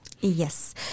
Yes